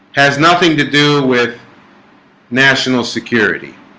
has nothing to do with national security